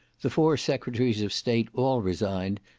the four secretaries of state all resigned,